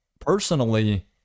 personally